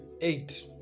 eight